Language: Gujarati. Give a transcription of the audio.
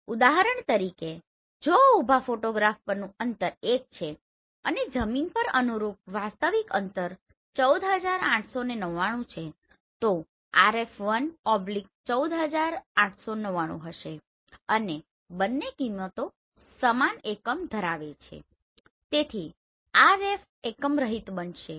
ઉદાહરણ તરીકે જો ઉભા ફોટોગ્રાફ પરનું અંતર 1 છે અને જમીન પર અનુરૂપ વાસ્તવિક અંતર 14899 છે તો RF 1 14899 હશે અને બંને કિંમતો સમાન એકમ ધરાવે છે તેથી RF એકમરહિત બનશે